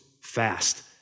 fast